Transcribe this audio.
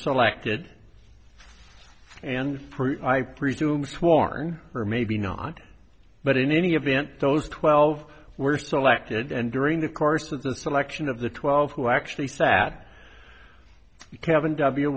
selected and for i presume sworn or maybe not but in any event those twelve were selected and during the course of the selection of the twelve who actually sat kevin w